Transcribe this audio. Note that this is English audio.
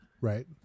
Right